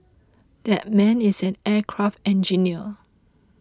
that man is an aircraft engineer